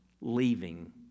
leaving